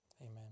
Amen